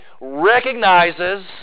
recognizes